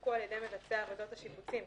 שסופקו על-ידי מבצע עבודות השיפוצים,